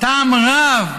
טעם רב.